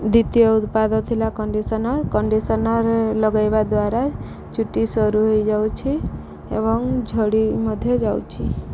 ଦ୍ୱିତୀୟ ଉତ୍ପାଦ ଥିଲା କଣ୍ଡିସନର କଣ୍ଡିସନର ଲଗାଇବା ଦ୍ୱାରା ଚୁଟି ସରୁ ହେଇଯାଉଛି ଏବଂ ଝଡ଼ି ମଧ୍ୟ ଯାଉଛି